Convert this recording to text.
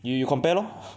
you you compare lor